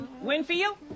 Winfield